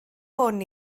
hwn